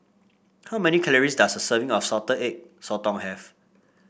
how many calories does a serving of salted sotong have